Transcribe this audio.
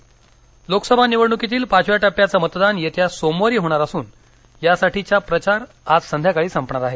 निवडणक लोकसभा निवडणुकीतील पाचव्या टप्प्याचं मतदान येत्या सोमवारी होणार असून या साठीचा प्रचार आज संध्याकाळी संपणार आहे